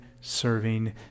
serving